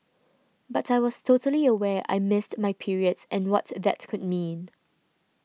but I was totally aware I missed my periods and what that could mean